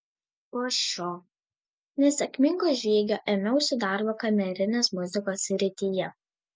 po šio nesėkmingo žygio ėmiausi darbo kamerinės muzikos srityje